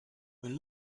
when